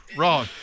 wrong